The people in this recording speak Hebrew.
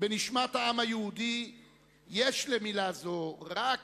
בנשמת העם היהודי יש למלה זו רק